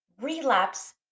relapse